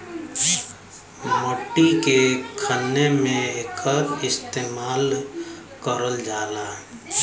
मट्टी के खने में एकर इस्तेमाल करल जाला